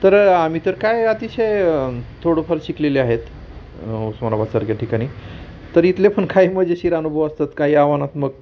तर आम्ही तर काय अतिशय थोडंफार शिकलेले आहेत उस्मानाबादसारख्या ठिकाणी तर इथले पण काही मजेशीर अनुभव असतात काही आव्हानात्मक